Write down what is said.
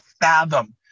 fathom